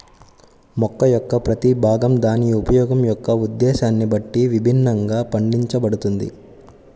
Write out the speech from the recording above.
మొక్క యొక్క ప్రతి భాగం దాని ఉపయోగం యొక్క ఉద్దేశ్యాన్ని బట్టి విభిన్నంగా పండించబడుతుంది